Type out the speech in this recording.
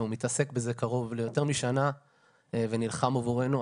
והוא מתעסק בזה קרוב ליותר משנה ונלחם עבורנו.